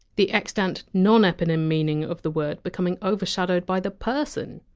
the extant non-eponym meaning of the word becoming overshadowed by the person?